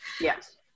Yes